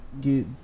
get